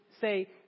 say